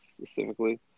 specifically